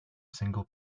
single